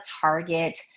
Target